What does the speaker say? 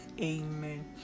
Amen